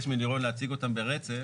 אני אבקש מלירון להציג אותם ברצף.